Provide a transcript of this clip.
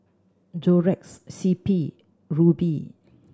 Xorex C P Rubi